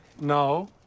No